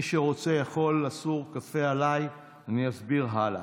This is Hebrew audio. מי שרוצה יכול לסור, קפה עליי, אני אסביר הלאה.